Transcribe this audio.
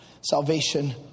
Salvation